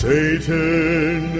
Satan